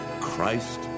Christ